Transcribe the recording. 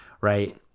Right